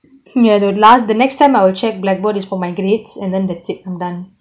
ya the last the next time I will check blackboard is for my grades and then that's it I'm done